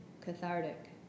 cathartic